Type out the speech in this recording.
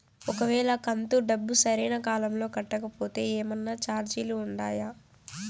ఒక వేళ కంతు డబ్బు సరైన కాలంలో కట్టకపోతే ఏమన్నా చార్జీలు ఉండాయా?